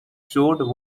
showed